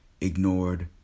ignored